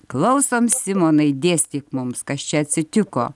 klausom simonai dėstyk mums kas čia atsitiko